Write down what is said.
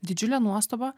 didžiulė nuostaba